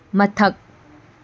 ꯃꯊꯛ